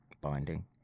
binding